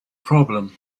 problem